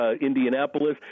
Indianapolis